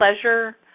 pleasure